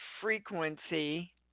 frequency